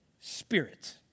Spirit